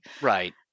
Right